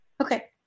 Okay